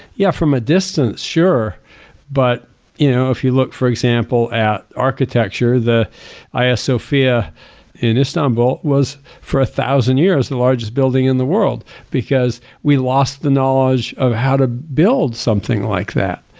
yeah, from a distance, sure but you know, if you look for example at architecture, the hagia ah sophia in istanbul was for a thousand years, the largest building in the world because we lost the knowledge of how to build something like that.